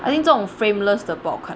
I think 这种 frameless 的不好看